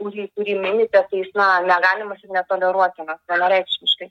kurį minite tai jis na negalimas ir netoleruotinas vienareikšmiškai